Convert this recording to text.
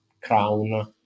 crown